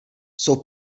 jsou